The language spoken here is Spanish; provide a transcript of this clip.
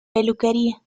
peluquería